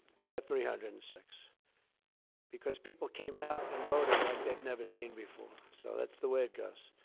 we got three hundred and six because people came out and voted like they've never seen before. so that's the way it goes.